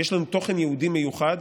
יש לנו תוכן יהודי מיוחד,